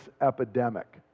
Epidemic